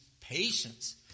patience